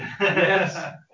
Yes